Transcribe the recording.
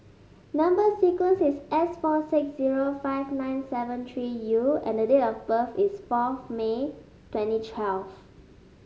number sequence is S four six zero five nine seven three U and the date of birth is fourth May twenty twelve